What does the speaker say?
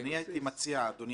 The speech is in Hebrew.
הייתי מציע, אדוני